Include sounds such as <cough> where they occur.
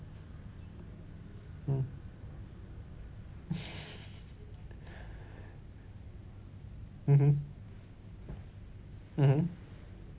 mm <laughs> mmhmm mmhmm